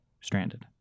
stranded